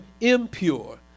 impure